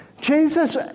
Jesus